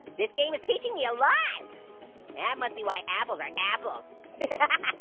this game is teaching you a lot. and that must be why apples are apples